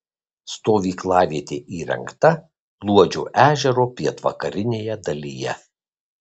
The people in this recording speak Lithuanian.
stovyklavietė įrengta luodžio ežero pietvakarinėje dalyje